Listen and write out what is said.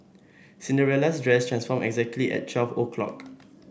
Cinderella's dress transformed exactly at twelve o'clock